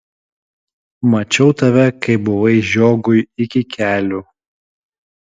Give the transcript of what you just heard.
mačiau tave kai buvai žiogui iki kelių